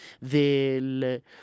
del